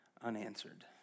unanswered